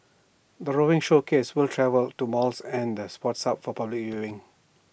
the roving showcase will travel to malls and the sports hub for public viewing